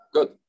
Good